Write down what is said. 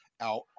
out